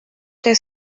que